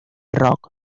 rock